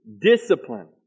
discipline